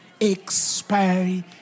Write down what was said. expiry